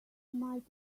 might